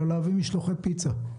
אלא להביא משלוחי פיצה,